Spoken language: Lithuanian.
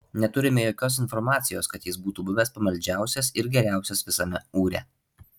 neturime jokios informacijos kad jis būtų buvęs pamaldžiausias ir geriausias visame ūre